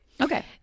Okay